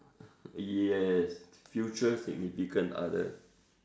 yes future significant other